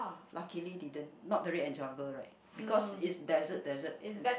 luckily didn't not very enjoyable right because it's desert desert